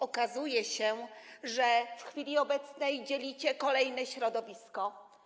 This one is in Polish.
Okazuje się, że w chwili obecnej dzielicie kolejne środowisko.